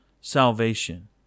salvation